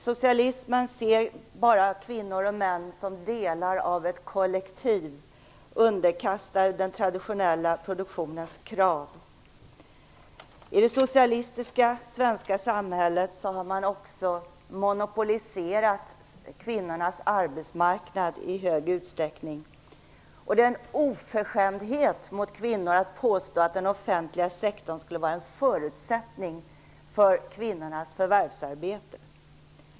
Socialismen ser bara kvinnor och män som delar av ett kollektiv underkastat den traditionella produktionens krav. I det socialistiska svenska samhället har man också monopoliserat kvinnornas arbetsmarknad i stor utsträckning. Det är en oförskämdhet mot kvinnor att påstå att den offentliga sektorn skulle vara en förutsättning för kvinnornas förvärvsarbete.